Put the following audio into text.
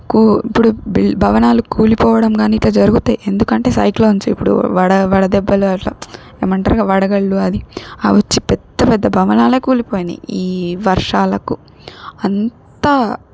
కూ ఇప్పుడు బిల్ భవనాలు కూలిపోవడం కానీ ఇట్ల జరుగుతాయి ఎందుకంటే సైక్లోన్స్ ఇప్పుడు వడ వడ దెబ్బలు అట్లా ఏమంటారుగా వడగళ్ళు అది అవొచ్చి పెద్ద పెద్ద భవనాలే కూలిపోయినాయి ఈ వర్షాలకు అంత